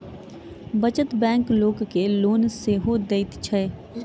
बचत बैंक लोक के लोन सेहो दैत छै